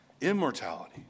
immortality